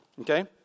okay